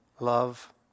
Love